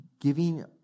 giving